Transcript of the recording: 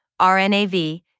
RNAV